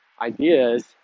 ideas